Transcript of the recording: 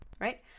right